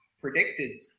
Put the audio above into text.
predicted